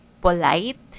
polite